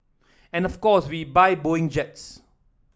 and of course we buy Boeing jets